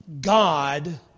God